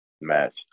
match